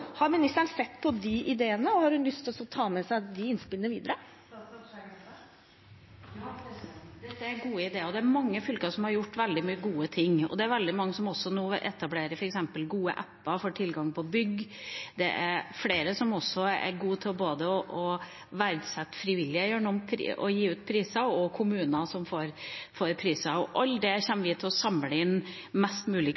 Har ministeren sett på disse ideene, og har hun lyst til å ta med seg innspillene videre? Ja, dette er gode ideer. Det er mange fylker som har gjort veldig mange gode ting, og det er veldig mange nå som også etablerer f.eks. gode apper for tilgang på bygg. Det er flere som også er gode til å verdsette frivillige gjennom å gi ut priser, og det er kommuner som får priser. Alt det kommer vi til å samle inn mest mulig